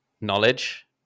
knowledge